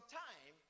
time